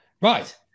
Right